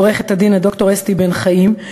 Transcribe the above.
עורכת-הדין ד"ר אסתי בן-חיים.